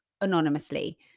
anonymously